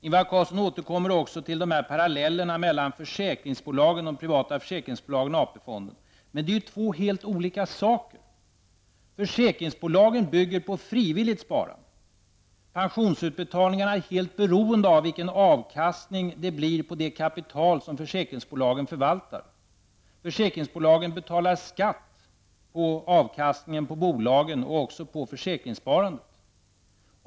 Ingvar Carlsson återkommer till parallellerna mellan de privata försäkringsbolagen och AP fonderna. Men det rör sig ju om två helt olika saker. Försäkringsbolagen bygger på frivilligt sparande, och pensionsutbetalningarna är helt beroende av vilken avkastning det blir på det kapital som försäkringsbolagen förvaltar. Försäkringsbolagen betalar skatt på avskastningen på bolagen och även på försäkringssparandet.